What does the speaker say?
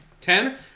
Ten